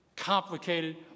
complicated